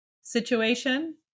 situation